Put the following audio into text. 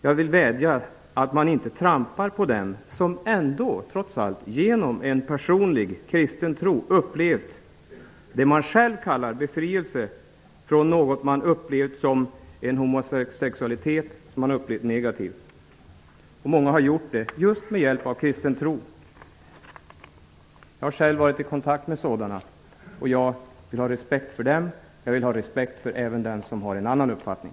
Jag vill framföra en vädjan om att inte trampa på den som, trots allt, genom en personlig kristen tro upplevt det som man själv kallar befrielse från en negativt upplevd homosexualitet. Många har gjort detta just med hjälp av kristen tro. Jag har själv varit i kontakt med sådana, och jag vill ha respekt för dem. Jag vill även ha respekt för den som har en annan uppfattning.